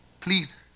Please